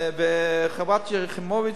חברת הכנסת שלי יחימוביץ,